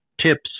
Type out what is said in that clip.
tips